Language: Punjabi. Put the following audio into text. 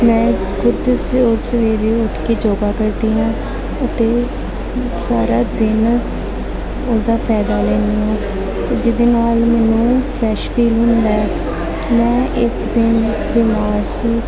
ਮੈਂ ਖੁਦ ਸਵੇਰੇ ਉੱਠ ਕੇ ਯੋਗਾ ਕਰਦੀ ਹਾਂ ਅਤੇ ਸਾਰਾ ਦਿਨ ਉਸਦਾ ਫਾਇਦਾ ਲੈਂਦੀ ਹਾਂ ਜਿਹਦੇ ਨਾਲ ਮੈਨੂੰ ਫਰੈਸ਼ ਫੀਲ ਹੁੰਦਾ ਹੈ ਮੈਂ ਇੱਕ ਦਿਨ ਬਿਮਾਰ ਸੀ